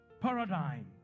paradigm